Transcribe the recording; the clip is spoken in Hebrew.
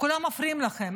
כולם מפריעים לכם.